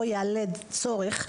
או שיעלה צורך,